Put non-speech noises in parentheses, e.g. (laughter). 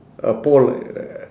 a pole (noise)